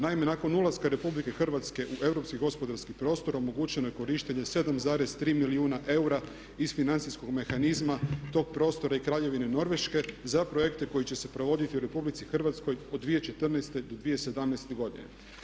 Naime, nakon ulaska Republike Hrvatske u europski gospodarski prostor omogućeno je korištenje 7,3 milijuna eura iz financijskog mehanizma tog prostora i Kraljevine Norveške za projekte koji će se provoditi u RH od 2014. do 2017. godine.